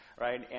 right